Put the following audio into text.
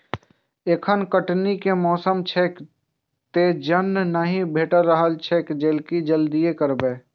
एखन कटनी के मौसम छैक, तें जन नहि भेटि रहल छैक, लेकिन जल्दिए करबै